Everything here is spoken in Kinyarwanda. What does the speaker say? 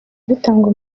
bitangwa